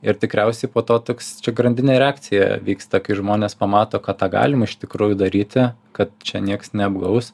ir tikriausiai po to toks čia grandininė reakcija vyksta kai žmonės pamato kad tą galima iš tikrųjų daryti kad čia nieks neapgaus